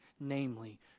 Namely